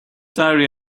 diary